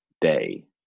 day